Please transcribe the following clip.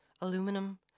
aluminum